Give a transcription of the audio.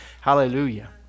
Hallelujah